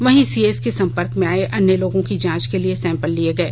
वहीं सीएस के संपर्क में आए अन्य लोगों की जांच के लिए सैंपल लिये गये